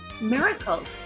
miracles